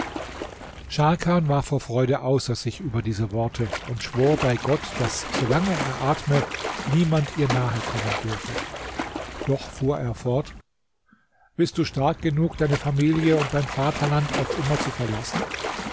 scharkan war vor freude außer sich über diese worte und schwor bei gott daß solange er atme niemand ihr nahekommen dürfe doch fuhr er fort bist du stark genug deine familie und dein vaterland auf immer zu verlassen